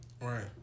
Right